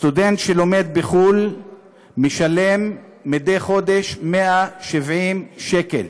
סטודנט שלומד בחו"ל משלם מדי חודש 170 שקלים: